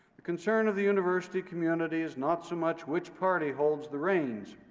the concern of the university community is not so much which party holds the reins,